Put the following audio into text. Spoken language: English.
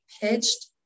pitched